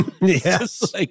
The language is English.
Yes